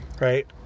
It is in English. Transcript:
right